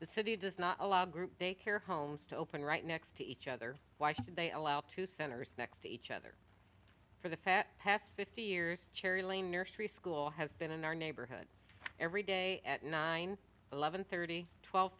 the city does not allow group daycare homes to open right next to each other why should they allow two centers next to each other for the fat past fifty years cherry lane nursery school has been in our neighborhood every day at nine eleven thirty twelve